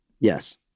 Yes